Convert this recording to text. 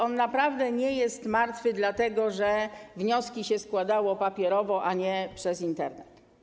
On naprawdę nie jest martwy dlatego, że wnioski się składało na papierze, a nie przez Internet.